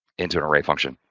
into an array function.